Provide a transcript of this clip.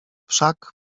wszak